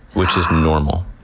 which is normal.